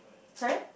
sorry